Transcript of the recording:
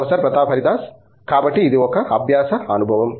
professor Pratap Haridas కాబట్టి ఇది ఒక అభ్యాస అనుభవం